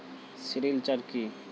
Sericulture কি?